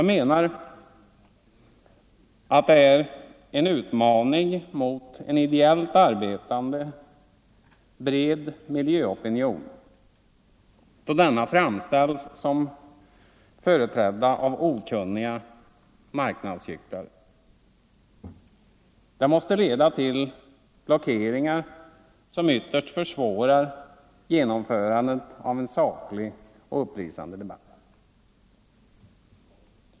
Jag menar att det är en utmaning mot en ideellt arbetande bred miljöopinion då denna framställs som företrädd av okunniga marknadsgycklare. Det måste leda till blockeringar som ytterligt försvårar genomförandet av en saklig och upplysande debatt.